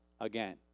again